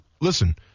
listen